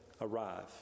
arrive